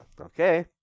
okay